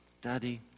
Daddy